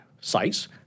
sites